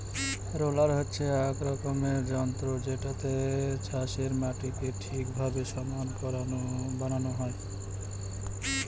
roller হচ্ছে এক রকমের যন্ত্র যেটাতে চাষের মাটিকে ঠিকভাবে সমান বানানো হয়